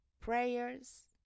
prayers